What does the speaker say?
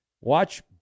watch